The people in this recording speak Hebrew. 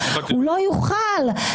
הוא לא יוכל.